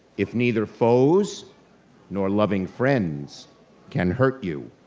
if neither foes nor loving friends can hurt you,